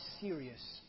serious